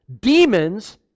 demons